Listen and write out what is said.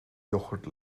yoghurt